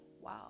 wow